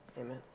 Amen